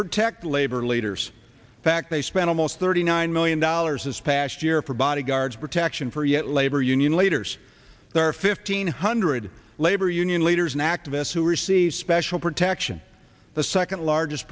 protect labor leaders fact they spent almost thirty nine million dollars this past year for bodyguards protection for yet labor union leaders there are fifteen hundred labor union leaders and activists who receive special protection the second largest